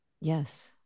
Yes